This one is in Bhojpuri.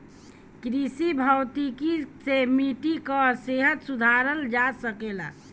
कृषि भौतिकी से मिट्टी कअ सेहत सुधारल जा सकेला